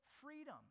freedom